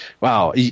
wow